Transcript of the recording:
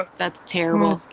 that's terrible.